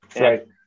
Right